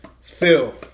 Phil